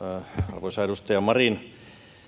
arvoisa edustaja marin todella